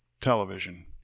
television